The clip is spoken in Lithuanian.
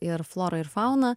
ir flora ir fauna